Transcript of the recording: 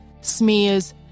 smears